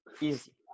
easy